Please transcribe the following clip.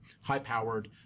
high-powered